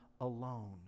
alone